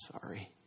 sorry